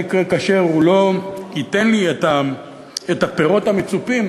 מה יקרה כאשר הוא לא ייתן לי את הפירות המצופים,